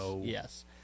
yes